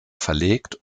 verlegt